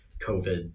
COVID